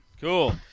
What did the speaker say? Cool